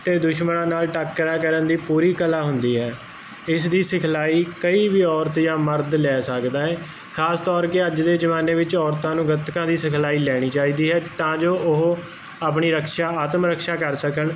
ਅਤੇ ਦੁਸ਼ਮਣਾਂ ਨਾਲ ਟਾਕਰਾ ਕਰਨ ਦੀ ਪੂਰੀ ਕਲਾ ਹੁੰਦੀ ਹੈ ਇਸ ਦੀ ਸਿਖਲਾਈ ਕਈ ਵੀ ਔਰਤ ਜਾਂ ਮਰਦ ਲੈ ਸਕਦਾ ਹੈ ਖਾਸ ਤੌਰ ਕੇ ਅੱਜ ਦੇ ਜ਼ਮਾਨੇ ਵਿੱਚ ਔਰਤਾਂ ਨੂੰ ਗਤਕਾ ਦੀ ਸਿਖਲਾਈ ਲੈਣੀ ਚਾਹੀਦੀ ਹੈ ਤਾਂ ਜੋ ਉਹ ਆਪਣੀ ਰਕਸ਼ਾ ਆਤਮ ਰਕਸ਼ਾ ਕਰ ਸਕਣ